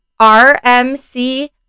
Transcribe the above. RMC